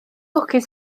lwcus